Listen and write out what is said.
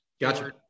Gotcha